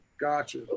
gotcha